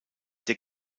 der